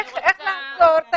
איך לעצור?